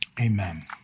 amen